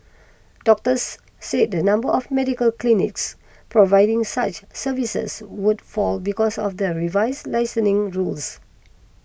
doctors said the number of medical clinics providing such services would fall because of the revised licensing rules